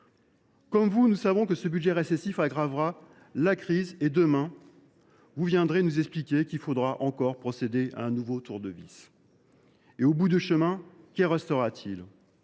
ministre, nous savons que ce budget récessif aggravera la crise. Demain, vous viendrez nous expliquer qu’il faudra encore procéder à un nouveau tour de vis… À la fin, que restera t il ?